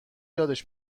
یادش